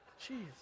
Jeez